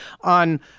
on